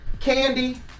Candy